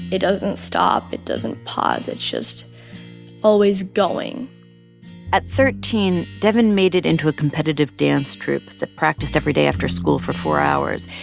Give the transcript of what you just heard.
it doesn't stop. it doesn't pause. it's just always going at thirteen, devyn made it into a competitive dance troupe that practiced every day after school for four hours,